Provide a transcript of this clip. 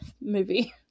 movie